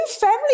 family